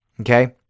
okay